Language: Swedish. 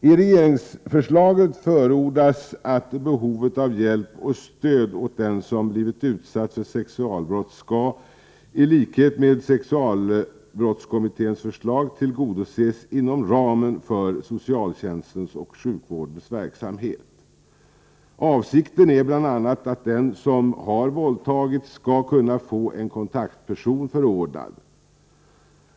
I regeringsförslaget förordas att behovet av hjälp och stöd åt den som blivit utsatt för sexualbrott skall, i likhet med sexualbrottskommitténs förslag, tillgodoses inom ramen för socialtjänstens och sjukvårdens verksamhet. Avsikten är bl.a. att den som har våldtagits skall kunna få en kontaktperson förordnad.